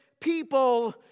people